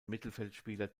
mittelfeldspieler